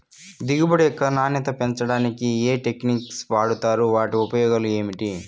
దిగుబడి యొక్క నాణ్యత పెంచడానికి ఏ టెక్నిక్స్ వాడుతారు వాటి ఉపయోగాలు ఏమిటి?